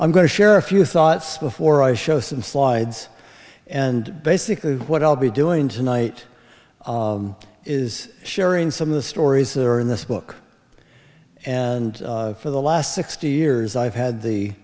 i'm going to share a few thoughts before i show some slides and basically what i'll be doing tonight is sharing some of the stories that are in this book and for the last sixty years i've had